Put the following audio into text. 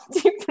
deep